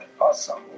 awesome